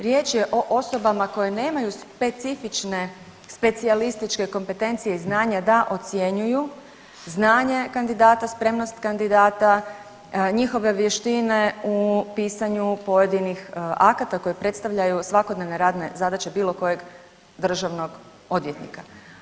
Riječ je o osobama koje nemaju specifične specijalističke kompetencije i znanja da ocjenjuju znanje kandidata, spremnost kandidata, njihove vještine u pisanju pojedinih akata koje predstavljaju svakodnevne radne zadaće bilo kojeg državnog odvjetnika.